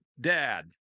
dad